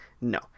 No